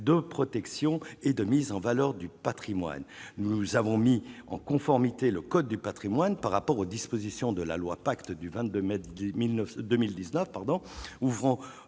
de protection et de mise en valeur du Patrimoine, nous avons mis en conformité, le code du Patrimoine par rapport aux dispositions de la loi pacte du 22 mètres du